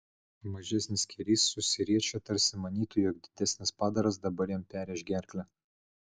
mažesnis skėrys susiriečia tarsi manytų jog didesnis padaras dabar jam perrėš gerklę